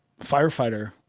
firefighter